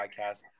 podcast